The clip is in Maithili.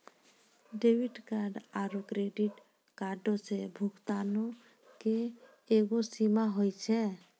डेबिट कार्ड आरू क्रेडिट कार्डो से भुगतानो के एगो सीमा होय छै